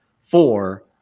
four